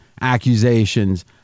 accusations